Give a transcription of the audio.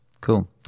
cool